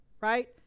right